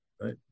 right